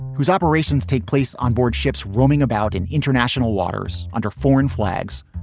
whose operations take place on board ships roaming about in international waters under foreign flags?